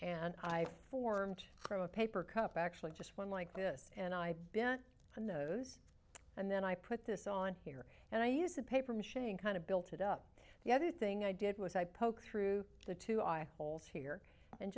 and i formed from a paper cup actually just one like this and i've been on those and then i put this on here and i use a paper machine kind of built it up the other thing i did was i poked through the two i holes here and